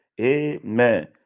Amen